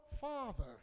father